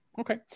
Okay